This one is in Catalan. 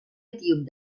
etíop